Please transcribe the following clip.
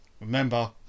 remember